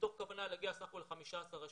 מתוך כוונה להגיע סך הכול ל-15 אשכולות.